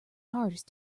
hardest